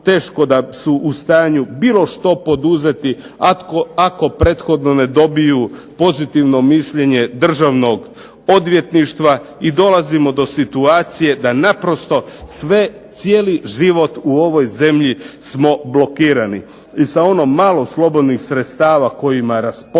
teško da su u stanju bilo što poduzeti ako prethodno ne dobiju pozitivno mišljenje Državnog odvjetništva. I dolazimo do situacije da naprosto sve, cijeli život u ovoj zemlji smo blokirani. I sa ono malo slobodnih sredstava kojima raspolažemo,